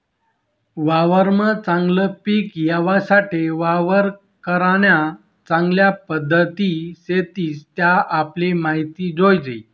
वावरमा चागलं पिक येवासाठे वावर करान्या चांगल्या पध्दती शेतस त्या आपले माहित जोयजे